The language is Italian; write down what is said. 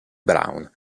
brown